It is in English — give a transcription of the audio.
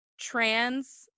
trans